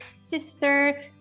Sister